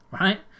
right